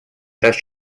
прав